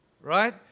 right